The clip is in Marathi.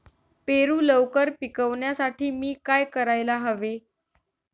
पेरू लवकर पिकवण्यासाठी मी काय करायला हवे?